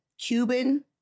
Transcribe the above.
Cuban